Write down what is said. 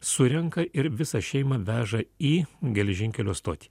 surenka ir visą šeimą veža į geležinkelio stotį